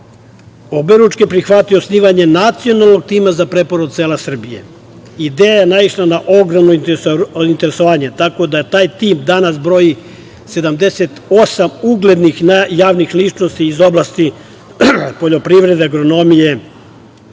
oberučke prihvatio osnivanje nacionalnog tima za preporod Srbije. Ideja je naišla na ogromno interesovanje, tako da taj tim danas broji 78 uglednih javnih ličnosti iz oblasti poljoprivrede, agronomije,